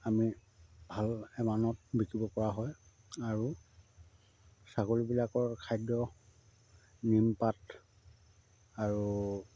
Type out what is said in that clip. আমি ভাল এমাউন্টত বিকিব পৰা হয় আৰু ছাগলীবিলাকৰ খাদ্য নিমপাত আৰু